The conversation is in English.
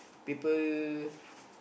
people